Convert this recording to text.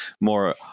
more